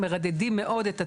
מרדדים מאוד את התנאים.